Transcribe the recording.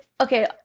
okay